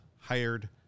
hired